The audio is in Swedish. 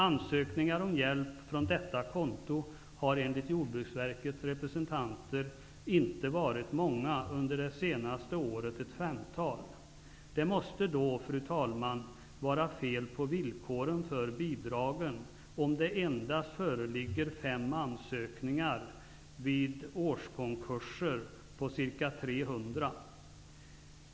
Ansökningarna om hjälp från detta konto har enligt Jordbruksverkets representanter inte varit många -- under det senaste året inte mer än fem. Det måste då, fru talman, vara fel på villkoren för bidragen om det endast föreligger fem ansökningar vid 300 konkurser.